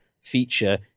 feature